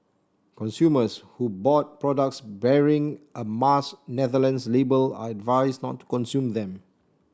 consumers who bought products bearing a Mars Netherlands label are advised not to consume them